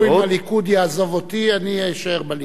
אפילו אם הליכוד יעזוב אותי, אני אשאר בליכוד.